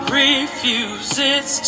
refuses